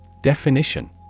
Definition